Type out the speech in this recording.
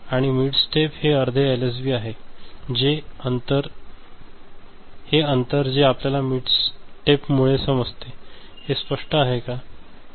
आणि mid step हे अर्धे एलएसबी आहे हे अंतर जे आपल्याला मिड स्टेप मुळे समजते हे स्पष्ट आहे काय